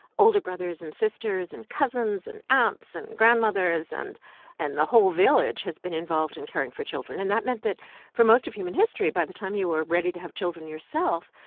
older brothers and sisters and cousins and aunts and grandmothers and and the whole village has been involved in caring for children. and that meant that for most of human history, by the time you were ready to have children yourself,